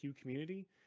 community